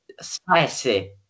spicy